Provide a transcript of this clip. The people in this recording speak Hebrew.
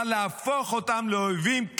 אבל להפוך אותם לאויבים,